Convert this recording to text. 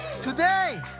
Today